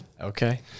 Okay